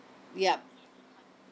yup